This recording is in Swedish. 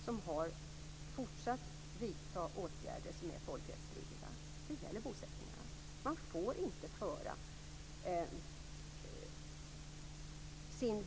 Det har skett t.ex. på den palestinska sidan.